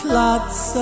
lots